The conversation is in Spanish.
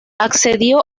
accedió